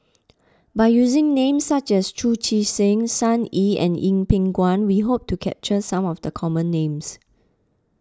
by using names such as Chu Chee Seng Sun Yee and Yeng Pway Ngon we hope to capture some of the common names